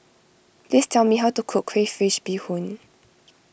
please tell me how to cook Crayfish BeeHoon